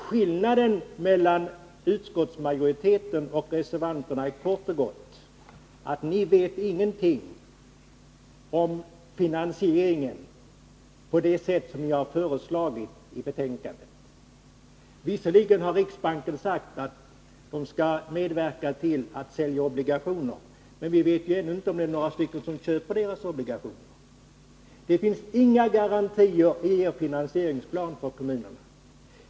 Skillnaden mellan er i utskottsmajoriteten och reservanterna är kort uttryckt att ni med det förslag som ni har lagt fram i betänkandet inte vet någonting om hur finansieringen kommer att kunna genomföras. Visserligen har riksbanken sagt att den skall medverka till att sälja obligationer, men ni vet ännu inte om några kommer att köpa dessa obligationer. Det finns inga garantier för kommunerna i ert förslag till finansiering.